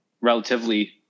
relatively